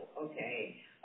okay